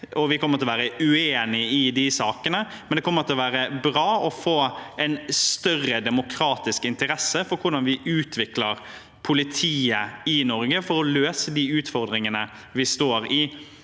Vi kommer til å være uenig i de sakene, men det kommer til å være bra å få en større demokratisk interesse med tanke på hvordan vi utvikler politiet i Norge for å løse de utfordringene vi står i.